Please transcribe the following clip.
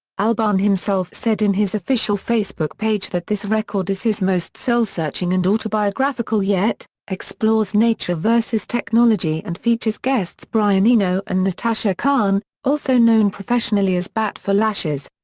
albarn himself said in his official facebook page that this record is his most soul-searching and autobiographical yet, explores nature versus technology and features guests brian eno and natasha khan, also known professionally as bat for lashes.